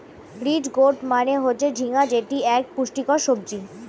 ridge gourd মানে হচ্ছে ঝিঙ্গা যেটি এক পুষ্টিকর সবজি